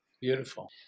Beautiful